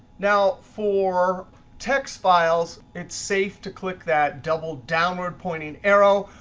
now for text files, it's safe to click that double downward pointing arrow.